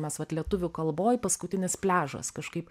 mes vat lietuvių kalboj paskutinis pliažas kažkaip